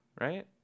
Right